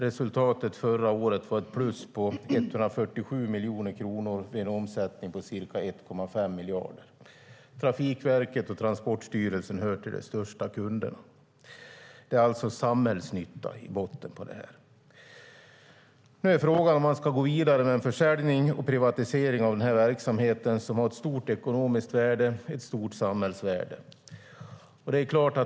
Resultatet förra året var ett plus på 147 miljoner kronor och omsättningen ca 1,5 miljarder. Trafikverket och Transportstyrelsen hör till de största kunderna. Det är alltså en samhällsnytta i botten på det här. Nu är frågan om man ska gå vidare med en försäljning och privatisering av den här verksamheten som har ett stort ekonomiskt värde och ett stort samhällsvärde.